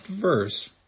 verse